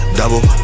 double